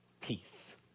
peace